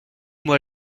moi